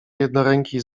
jednoręki